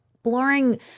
Exploring